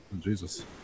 Jesus